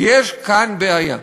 יש כאן בעיה.